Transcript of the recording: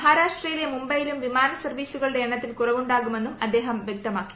മഹാരാഷ്ട്രയിലെ മുംബൈയിലും വിമാന സർവീസുകളുടെ എണ്ണത്തിൽ കുറവുണ്ടാകുമെന്നും അദ്ദേഹം വൃക്തമാക്കി